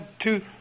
two